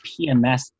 pms